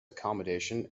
accommodation